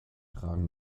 tragen